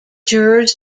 jurors